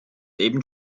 eben